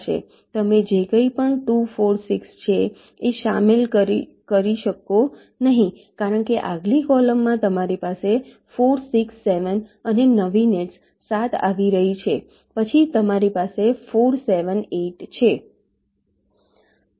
તમે જે કંઈપણ 2 4 6 છે એ શામેલ કર શકો નહી કારણ કે આગલી કૉલમમાં તમારી 4 6 7 અને નવી નેટ્સ 7 આવી રહી છે પછી તમારી પાસે 4 7 8 છે